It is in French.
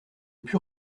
put